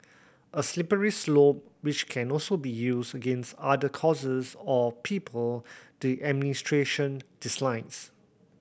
a slippery slope which can also be used against other causes or people the administration dislikes